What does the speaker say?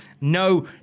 No